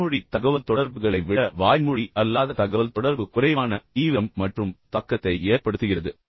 வாய்மொழி தகவல்தொடர்புகளை விட வாய்மொழி அல்லாத தகவல்தொடர்பு குறைவான தீவிரம் மற்றும் தாக்கத்தை ஏற்படுத்துகிறது